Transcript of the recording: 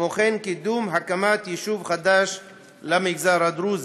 וכן לקידום הקמת יישוב חדש למגזר הדרוזי.